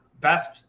best